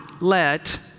let